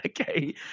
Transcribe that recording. okay